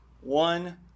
one